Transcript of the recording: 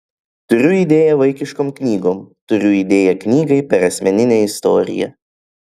turiu idėją vaikiškom knygom turiu idėją knygai per asmeninę istoriją